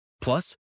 Plus